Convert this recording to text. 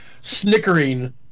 snickering